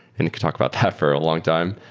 and we could talk about that for a long-time.